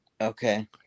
Okay